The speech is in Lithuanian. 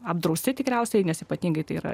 apdrausti tikriausiai nes ypatingai tai yra